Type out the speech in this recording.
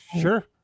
sure